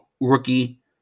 Rookie